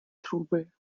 trubel